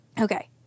Okay